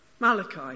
Malachi